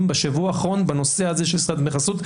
בשבוע האחרון בנושא הזה של סחיטת דמי חסות,